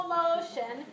motion